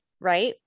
right